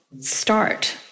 start